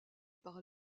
par